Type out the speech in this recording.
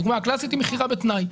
הדוגמה הקלאסית היא מכירה בתנאי.